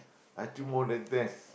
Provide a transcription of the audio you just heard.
I think more than death